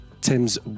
Tim's